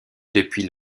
depuis